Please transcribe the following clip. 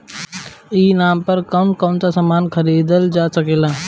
ई नाम पर कौन कौन समान खरीदल जा सकेला?